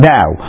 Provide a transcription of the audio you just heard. Now